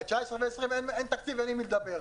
אין תקציב, אין עם מי לדבר.